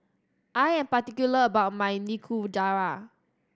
I am particular about my Nikujaga